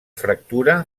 fractura